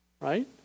Right